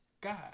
God